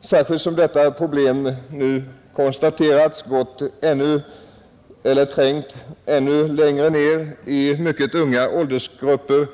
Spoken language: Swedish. särskilt som problemet enligt vad som nu konstaterats trängt ännu längre ner i mycket unga åldersgrupper.